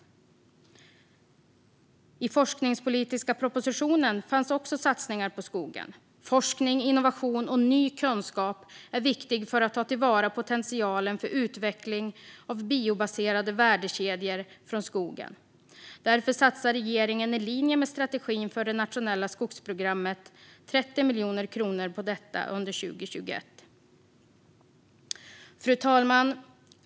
I den forskningspolitiska propositionen finns också satsningar på skogen. Forskning, innovation och ny kunskap är viktig för att ta till vara potentialen för utveckling av biobaserade värdekedjor från skogen. Därför satsar regeringen, i linje med strategin för det nationella skogsprogrammet, 30 miljoner kronor på detta under 2021. Fru talman!